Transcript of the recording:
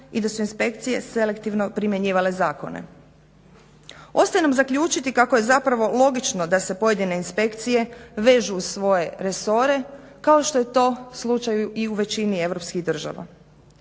i da su inspekcije selektivno primjenjivale zakone. Ostaje nam zaključiti kako je zapravo logično da se pojedine inspekcije vežu uz svoje resore kao što je to slučaj i u većini europskih država.